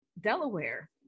Delaware